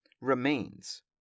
remains